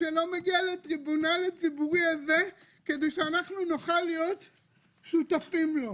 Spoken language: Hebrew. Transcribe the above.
שלא מגיע לטריבונל הציבורי הזה כדי שנוכל להיות שותפים לו.